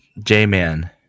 J-Man